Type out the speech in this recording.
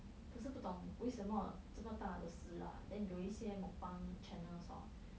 可是不懂为什么这么大的事 lah then 有一些 mukbang channels hor